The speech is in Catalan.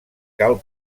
cal